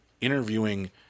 interviewing